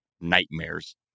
nightmares